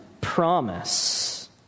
promise